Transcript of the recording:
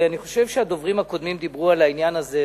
ואני חושב שהדוברים הקודמים דיברו על העניין הזה,